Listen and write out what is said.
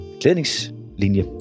klædningslinje